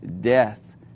death